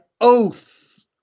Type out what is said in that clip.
oath